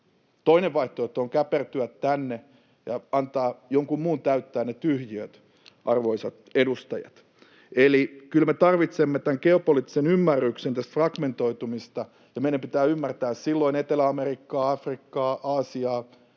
Toinen vaihtoehto on käpertyä tänne ja antaa jonkun muun täyttää ne tyhjiöt, arvoisat edustajat. Eli kyllä me tarvitsemme tämän geopoliittisen ymmärryksen tästä fragmentoitumisesta, ja meidän pitää ymmärtää silloin Etelä-Amerikkaa, Afrikkaa, Aasiaa